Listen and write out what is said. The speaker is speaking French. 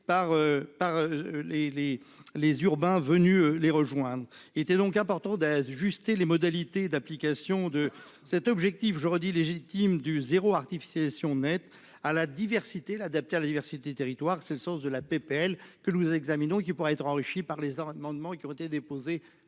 les les urbains venus les rejoindre. Il était donc important d'ajuster les modalités d'application de cet objectif. Je redis légitime du zéro artificialisation nette à la diversité, l'adapter à la diversité territoires. C'est le sens de la PPL que nous examinons qui pourra être enrichie par les amendements qui ont été déposés.